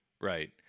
Right